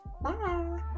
Bye